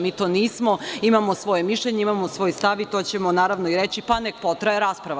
Mi to nismo, imamo svoje mišljenje, imamo svoj stav i to ćemo, naravno, reći, pa nek potraje rasprava.